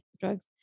drugs